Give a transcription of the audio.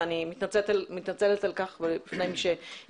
ואני מתנצלת על כך בפני מי שהגיע.